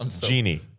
genie